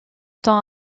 temps